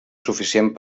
suficient